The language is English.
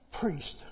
priest